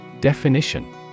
Definition